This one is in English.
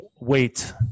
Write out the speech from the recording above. wait